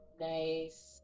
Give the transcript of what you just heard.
Nice